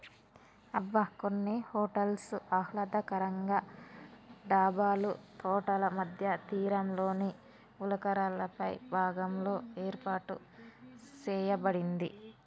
అబ్బ కొన్ని హోటల్స్ ఆహ్లాదకరంగా డాబాలు తోటల మధ్య తీరంలోని గులకరాళ్ళపై భాగంలో ఏర్పాటు సేయబడింది